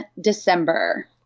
December